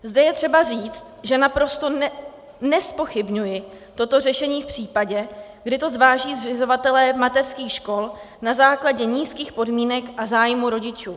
Zde je třeba říct, že naprosto nezpochybňuji toto řešení v případě, kdy to zváží zřizovatelé mateřských škol na základě nízkých podmínek a zájmu rodičů.